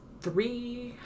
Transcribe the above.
three